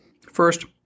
First